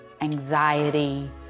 anxiety